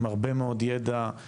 עם הרבה מאוד ידע,